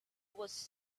was